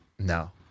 No